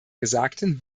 gesagten